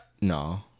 No